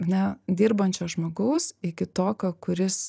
a ne dirbančio žmogaus iki tokio kuris